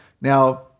Now